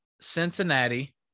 Cincinnati